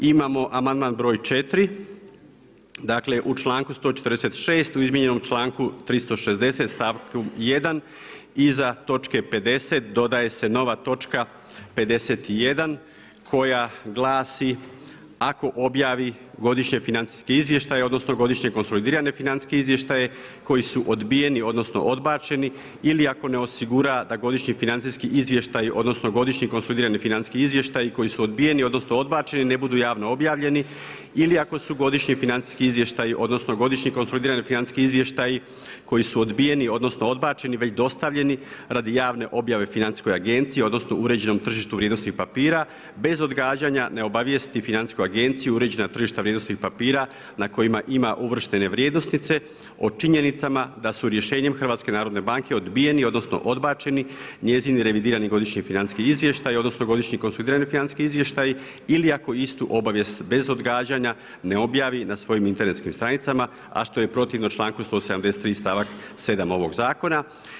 Imamo amandman broj 4, dakle u članku 146. u izmijenjenom članku 360. stavku 1. iza točke 50. dodaje se nova točka 51. koja glasi: „ako objavi godišnji financijski izvještaj odnosno godišnje konsolidirane financijske izvještaje koji su odbijeni odnosno odbačeni ili ako ne osigura da godišnji financijski izvještaj odnosno godišnji konsolidirani godišnji izvještaji koji su odbijeni odnosno odbačeni ne budu javno objavljeni ili ako su godišnji financijski izvještaj odnosno godišnji konsolidirani godišnji izvještaji koji su odbijeni odnosno odbačeni već dostavljeni radi javne objave financijskoj agenciji odnosno uređenom tržištu vrijednosnih papira bez odgađanja ne obavijesti financijsku agenciju i uređena tržišta vrijednosnih papira na kojima ima uvrštene vrijednosnice o činjenicama da su rješenjem HNB-a odbijeni odnosno odbačeni njezini revidirani godišnji financijski izvještaji odnosno godišnji konsolidirani godišnji izvještaji ili ako istu obavijest bez odgađanja ne objavi na svojim internetskim stranicama, a što je protivno članku 173. stavak 7. ovog zakona“